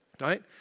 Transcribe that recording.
right